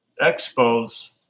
Expos